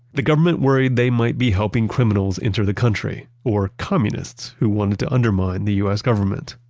the government worried they might be helping criminals enter the country or communists who wanted to undermine the u s. government.